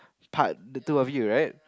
part the two of you right